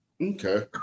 Okay